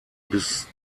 bis